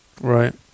Right